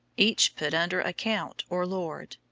each put under a count or lord.